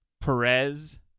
Perez